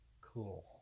Cool